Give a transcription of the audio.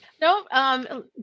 No